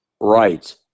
Right